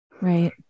Right